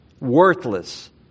worthless